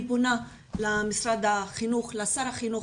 אני פונה למשרד החינוך ולשר החינוך,